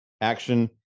action